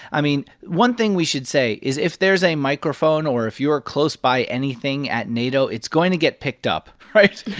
i mean, one thing we should say is if there's a microphone or if you're close by anything at nato, it's going to get picked up, right?